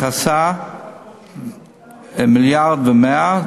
מכסה 1.1 מיליארד,